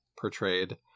portrayed